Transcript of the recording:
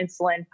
insulin